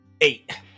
eight